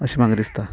अशें म्हाका दिसता